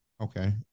okay